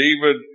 David